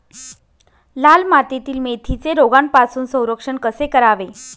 लाल मातीतील मेथीचे रोगापासून संरक्षण कसे करावे?